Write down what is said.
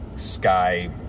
sky